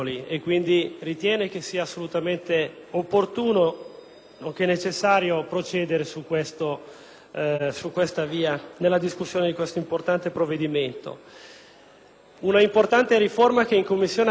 nonché necessario, procedere sulla via della discussione di questo importante provvedimento. Un'importante riforma, che in Commissione abbiamo ampiamente discusso e condiviso.